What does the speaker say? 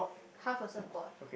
half a surfboard